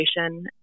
education